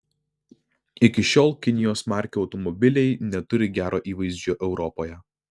iki šiol kinijos markių automobiliai neturi gero įvaizdžio europoje